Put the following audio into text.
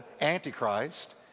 Antichrist